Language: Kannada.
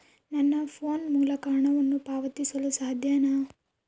ನನ್ನ ಫೋನ್ ಮೂಲಕ ಹಣವನ್ನು ಪಾವತಿಸಲು ಸಾಧ್ಯನಾ?